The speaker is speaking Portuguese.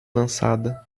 lançada